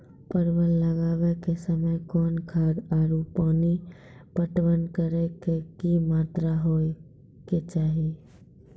परवल लगाबै के समय कौन खाद आरु पानी पटवन करै के कि मात्रा होय केचाही?